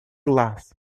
глаз